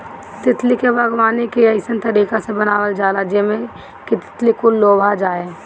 तितली के बागवानी के अइसन तरीका से बनावल जाला जेमें कि तितली कुल लोभा जाये